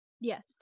Yes